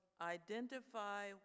identify